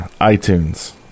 iTunes